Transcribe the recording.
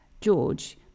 George